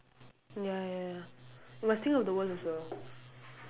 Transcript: ya ya ya you must think of the worst also